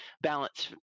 balance